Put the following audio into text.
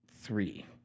three